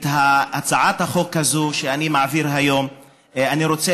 את הצעת החוק הזאת שאני מעביר היום אני רוצה